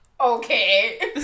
okay